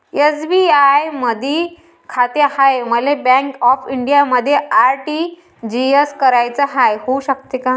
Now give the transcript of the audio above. SBI मधी खाते हाय, मले बँक ऑफ इंडियामध्ये आर.टी.जी.एस कराच हाय, होऊ शकते का?